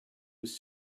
was